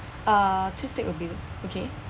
uh two steak will be okay